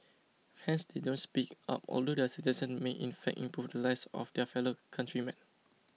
hence they don't speak up although their suggestions may in fact improve the lives of their fellow countrymen